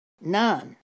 None